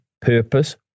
purpose